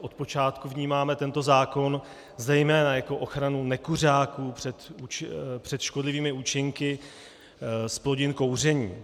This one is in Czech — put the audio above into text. Od počátku vnímáme tento zákon zejména jako ochranu nekuřáků před škodlivými účinky zplodin kouření.